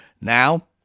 now